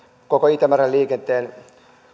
koko itämeren liikenteen